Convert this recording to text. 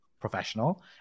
professional